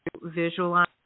visualize